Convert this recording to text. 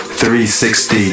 360